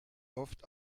oft